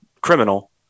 criminal